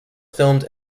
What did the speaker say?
filmed